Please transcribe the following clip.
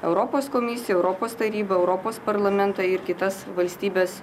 europos komisiją europos tarybą europos parlamentą ir kitas valstybes